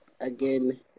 again